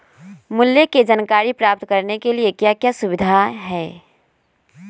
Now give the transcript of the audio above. मूल्य के जानकारी प्राप्त करने के लिए क्या क्या सुविधाएं है?